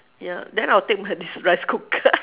ya then I'll take my this rice cooker